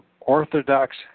orthodox